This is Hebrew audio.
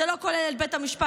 זה לא כולל את בית המשפט,